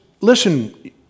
listen